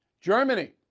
Germany